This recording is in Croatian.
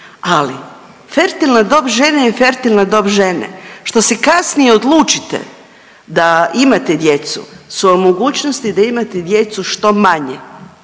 ali fertilna dob žene je fertilna dob žene. Što se kasnije odlučite da imate djecu su vam mogućnosti da imate djecu su vam